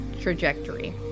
trajectory